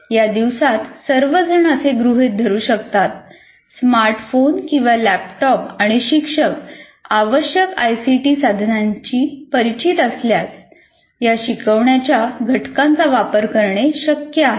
या दिवसात सर्व जण असे गृहित धरू शकतात स्मार्टफोन किंवा लॅपटॉप आणि शिक्षक आवश्यक आयसीटी साधनांशी परिचित असल्यास या शिकवण्याच्या घटकांचा वापर करणे शक्य आहे